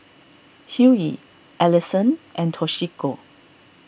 Hughie Allison and Toshiko